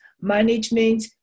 management